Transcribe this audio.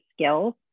skills